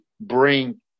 bring